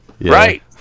right